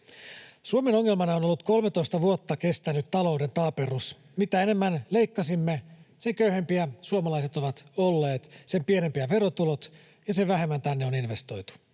Suomen ongelmana on ollut 13 vuotta kestänyt talouden taaperrus. Mitä enemmän leikkasimme, sen köyhempiä suomalaiset ovat olleet, sen pienempiä verotulot ja sen vähemmän tänne on investoitu.